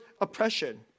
oppression